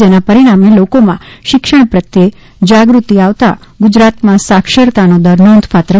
જેના પરિણામે લોકોમાં શિક્ષણ પ્રત્યે જાગૃતિ આવતા ગુજરાતમાં સાક્ષતરાનો દર નોંધપાત્ર વધ્યો છે